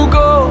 go